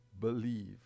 believe